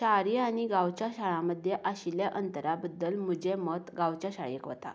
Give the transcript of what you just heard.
शारी आनी गांवच्या शाळां मद्दे आशिल्ले अंतरा बद्दल म्हजें मत गांवच्या शाळेक वता